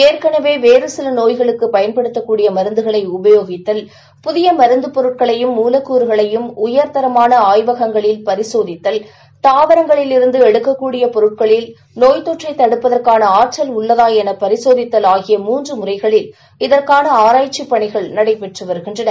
ஏற்கனவேவேறுசிலநோய்களுக்குபயன்படுத்தக்கூடியமருந்துகளைஉபயோகித்தல் புதியமருந்துப் பொருட்களையும் மூலக்கூறுகளையும் உயர்தரமானஆய்வகங்களில் பரிசோதித்தல் தாவரங்களில் இருந்துஎடுக்கக்கூடியபொருட்களில் நோய்த்தொற்றைதடுப்பதற்கானஆற்றல் உள்ளதாஎனபரிசோதித்தல் ஆகிய மூன்றுமுறைகளில் இதற்கானஆராய்ச்சிபணிகள் நடைபெற்றுவருகின்றன